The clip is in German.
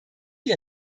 die